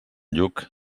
lluc